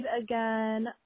again